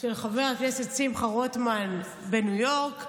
של חבר הכנסת שמחה רוטמן בניו יורק,